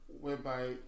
whereby